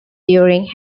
during